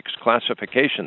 classification